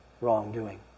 wrongdoing